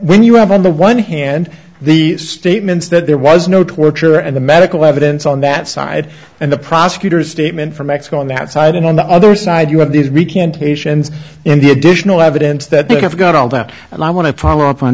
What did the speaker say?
when you have on the one hand the statements that there was no torture and the medical evidence on that side and the prosecutor's statement from mexico on that side and on the other side you have these we can't asians and the additional evidence that they have got all that and i want to follow up on